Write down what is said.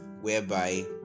whereby